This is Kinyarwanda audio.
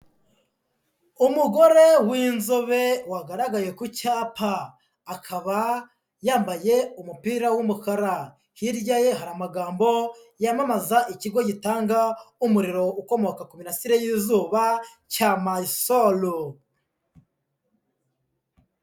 Umugore w'inzobe wagaragaye ku cyapa, akaba yambaye umupira w'umukara, hirya ye hari amagambo yamamaza ikigo gitanga umuriro ukomoka ku mirasire y'izuba cya Mysol.